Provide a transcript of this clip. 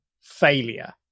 failure